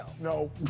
No